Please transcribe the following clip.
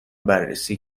بررسی